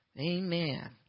Amen